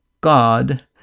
god